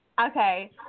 Okay